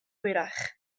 hwyrach